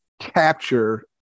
capture